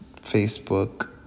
Facebook